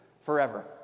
forever